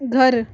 घर